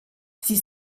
sie